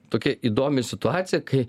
tokia įdomi situacija kai